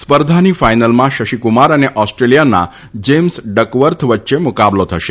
સ્પર્ધાની ફાઇનલમાં શશિકુમાર અને ઓસ્ટ્રેલિયાના જેમ્સ ડકવર્થ વચ્ચે મુકાબલો થશે